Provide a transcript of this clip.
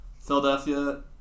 Philadelphia